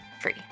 free